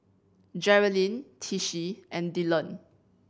Jerilyn Tishie and Dillon